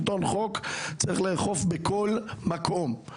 שלטון חוק צריך לאכוף בכל מקום.